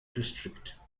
district